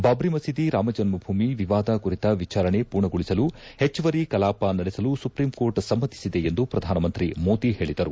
ಬಾಬ್ರಿ ಮಸೀದಿ ರಾಮಜನ್ಮ ಭೂಮಿ ವಿವಾದ ಕುರಿತ ವಿಚಾರಣೆ ಪೂರ್ಣಗೊಳಿಸಲು ಹೆಚ್ಚುವರಿ ಕಲಾಪ ನಡೆಸಲು ಸುಪ್ರೀಂ ಕೋರ್ಟ್ ಸಮ್ಮತಿಸಿದೆ ಎಂದು ಪ್ರಧಾನಮಂತ್ರಿ ಮೋದಿ ಹೇಳಿದರು